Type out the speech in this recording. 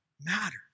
matter